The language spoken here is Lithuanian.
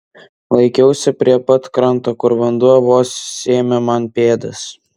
laikiausi prie pat kranto kur vanduo vos sėmė man pėdas